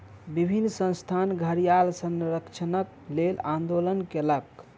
विभिन्न संस्थान घड़ियाल संरक्षणक लेल आंदोलन कयलक